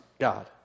God